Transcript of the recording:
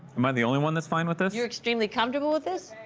am i the only one that's fine with this? you're extremely comfortable with this?